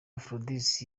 aphrodis